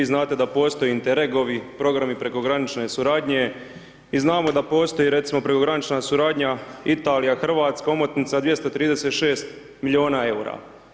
Mi znate da postoje Interregovi, programi prekogranične suradnje i znamo da postoje recimo, prekogranična suradnja Italija-Hrvatska, omotnica 236 milijuna eura.